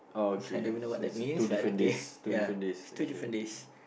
I don't even know what that means but okay ya it's two different days